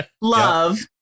love